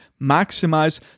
maximize